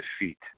defeat